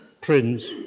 prince